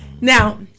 Now